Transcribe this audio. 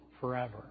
forever